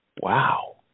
Wow